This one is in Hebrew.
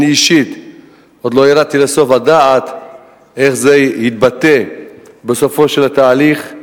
אני אישית עוד לא ירדתי לסוף הדעת איך זה יתבטא בסופו של התהליך,